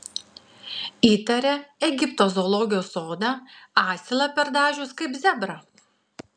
įtaria egipto zoologijos sodą asilą perdažius kaip zebrą